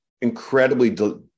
incredibly